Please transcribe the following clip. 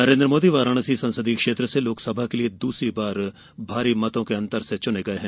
श्री मोदी वाराणसी संसदीय क्षेत्र से लोकसभा के लिए दूसरी बार भारी मतों के अंतर से चुने गए हैं